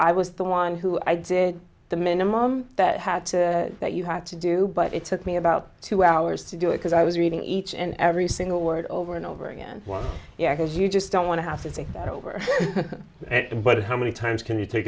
i was the one who i did the minimum that had to that you had to do but it took me about two hours to do it because i was reading each and every single word over and over again yeah cause you just don't want to have to think that over but how many times can you take